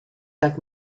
tak